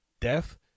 death